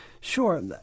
Sure